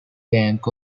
bank